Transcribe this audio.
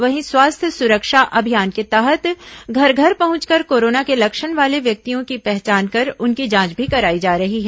वहीं स्वास्थ्य सुरक्षा अभियान के तहत घर घर पहुंचकर कोरोना के लक्षण वाले व्यक्तियों की पहचान कर उनकी जांच भी कराई जा रही है